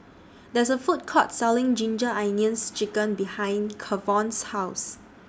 There IS A Food Court Selling Ginger Onions Chicken behind Kavon's House